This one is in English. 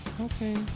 Okay